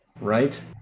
right